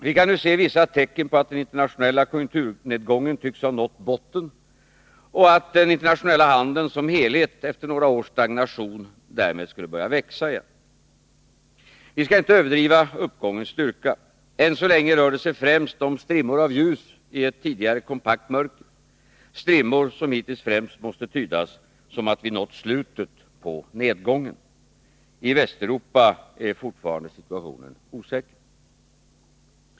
Vi kan nu också se vissa tecken på att den internationella konjunkturnedgången tycks ha nått botten och att den internationella handeln som helhet efter några års stagnation därmed kan börja växa igen. Vi skall inte överdriva uppgångens styrka. Ännu så länge rör det sig främst om strimmor av ljus i ett tidigare kompakt mörker, strimmor som hittills främst måste tydas som att vi nått slutet på nedgången. I Västeuropa är situationen fortfarande osäker.